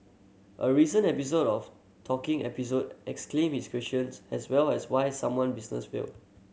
a recent episode of Talking Episode examined this questions as well as why some one businesses fail